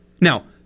Now